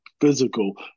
physical